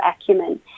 acumen